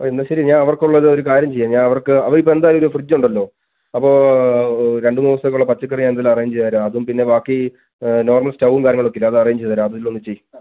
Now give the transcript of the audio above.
ആ എന്നാൽ ശരി ഞാൻ അവർക്കുള്ളത് ഒരു കാര്യം ചെയ്യാം ഞാൻ അവർക്ക് അവരിപ്പോൾ എന്തായാലും ഫ്രിഡ്ജ് ഉണ്ടല്ലോ അപ്പോൾ രണ്ടു മൂന്നു ദിവസത്തേക്കുള്ള പച്ചക്കറി ഞാൻ എന്തെങ്കിലും അറേഞ്ച് ചെയ്തുതരാം അതും പിന്നെ ബാക്കി നോർമൽ സ്റ്റവും കാര്യങ്ങളൊക്കെ ഇല്ലേ അത് അറേഞ്ച് ചെയ്തുതരാം അതിലൊന്ന് ചെയ്യ്